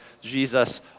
Jesus